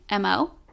MO